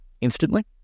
instantly